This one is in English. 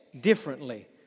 differently